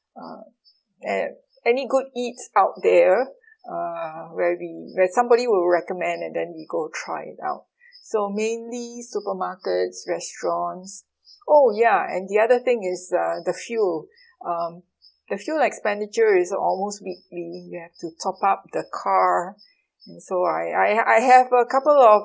uh a~ any good eats out there uh where we where somebody will recommend and then we go try it out so mainly supermarkets restaurants oh ya and the other thing is uh the fuel um the fuel expenditure is almost weekly we have to top up the car and so I I I have a couple of